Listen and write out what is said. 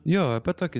jo apie tokį